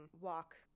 walk